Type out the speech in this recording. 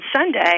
Sunday